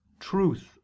truth